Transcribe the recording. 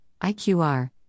IQR